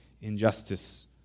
injustice